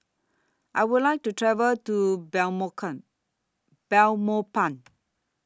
I Would like to travel to Belmopan